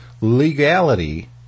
legality